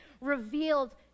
revealed